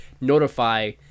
notify